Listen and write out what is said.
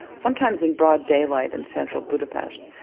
sometimes in broad daylight in central budapest,